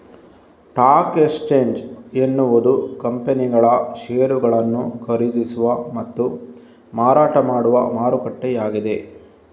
stock exchange ಎನ್ನುವುದು ಕಂಪನಿಗಳ ಷೇರುಗಳನ್ನು ಖರೀದಿಸುವ ಮತ್ತು ಮಾರಾಟ ಮಾಡುವ ಮಾರುಕಟ್ಟೆಯಾಗಿದೆ